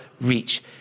reach